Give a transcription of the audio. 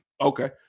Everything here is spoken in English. Okay